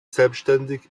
selbständig